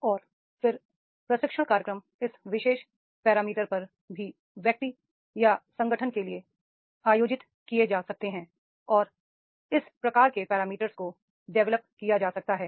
और फिर प्रशिक्षण कार्यक्रम इस विशेष पैरामीटर पर भी व्यक्ति या संगठन के लिए आयोजित किए जा सकते हैं और इस प्रकार के पैरामीटर को डेवलप किया जा सकता है